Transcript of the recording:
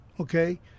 okay